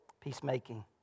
Peacemaking